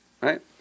right